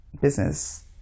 business